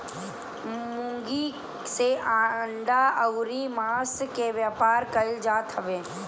मुर्गी से अंडा अउरी मांस के व्यापार कईल जात हवे